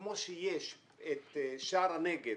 כמו שיש את שער הנגב